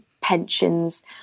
pensions